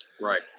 Right